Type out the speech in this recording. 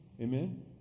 Amen